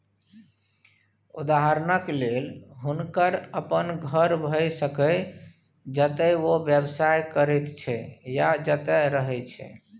उदहारणक लेल हुनकर अपन घर भए सकैए जतय ओ व्यवसाय करैत छै या जतय रहय छै